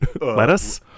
Lettuce